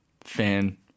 fan